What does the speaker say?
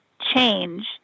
change